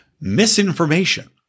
Misinformation